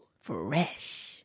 Fresh